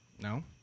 No